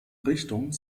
richtung